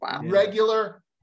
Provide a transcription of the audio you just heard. regular